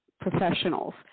professionals